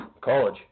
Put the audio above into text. College